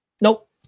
Nope